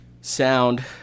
sound